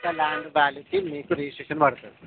sir land వ్యాల్యూకి మీకు registration పడుతుంది